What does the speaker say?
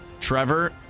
Trevor